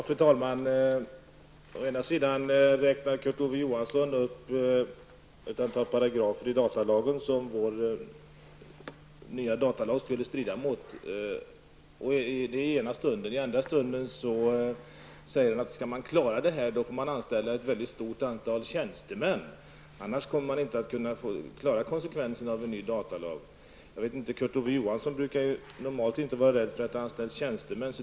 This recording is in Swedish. Fru talman! I ena stunden räknar Kurt Ove Johansson upp ett antal paragrafer i datalagen som vår nya datalag skulle strida mot. I andra stunden säger han att om man skall klara av detta får man anställa ett mycket stort antal tjänstemän, eftersom man annars inte kommer att kunna ta konsekvenserna av en ny datalag. Kurt Ove Johansson brukar ju normalt inte vara rädd för att anställda tjänstemän.